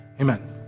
Amen